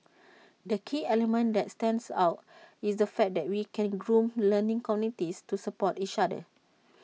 the key element that stands out is the fact that we can groom learning communities to support each other